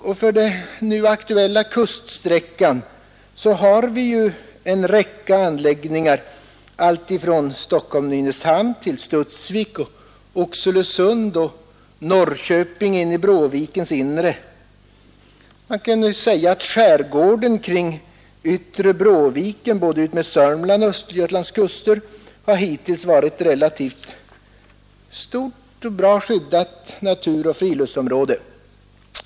Vid Marvikens kraftstation den aktuella kuststräckan finns en räcka anläggningar alltifrån Stockholm och Nynäshamn till Studsvik, Oxelösund och Norrköping in i Bråvikens inre. Skärgården kring yttre Bråviken utmed Södermanlands och Östergötlands kuster har hittills varit ett relativt stort och bra skyddat naturoch friluftsområde.